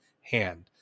hand